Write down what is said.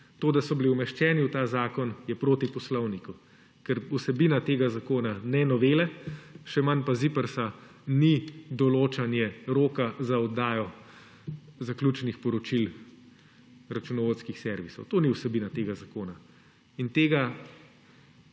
To, da so bili umeščeni v ta zakon, je proti poslovniku, ker vsebina tega zakona ne novele, še manj pa ZIPRS, ni določanje roka za oddajo zaključnih poročil računovodskih servisov. To ni vsebina tega zakona.